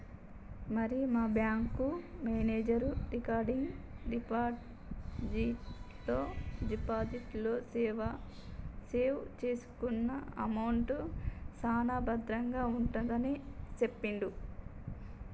మరి మా bank manager recurring deposit లో సేవ్ చేసుకున్న అమౌంట్ సాన భద్రంగా ఉంటుందని సెప్పిండు